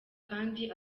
kandi